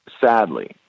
sadly